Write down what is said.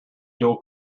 dual